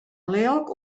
lilk